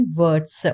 words